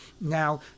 Now